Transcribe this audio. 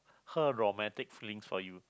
her romantic feelings for you